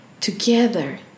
together